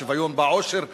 שוויון בעושר ובעוני,